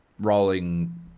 rolling